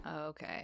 okay